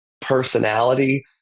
personality